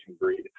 breed